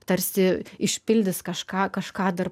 tarsi išpildys kažką kažką dar